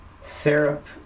syrup